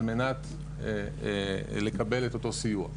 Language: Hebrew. על מנת לקבל את אותו סיוע.